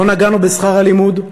לא נגענו בשכר הלימוד,